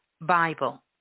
Bible